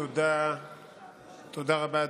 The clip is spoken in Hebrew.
תודה רבה.